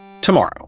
tomorrow